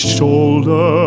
shoulder